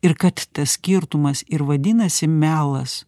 ir kad tas skirtumas ir vadinasi melas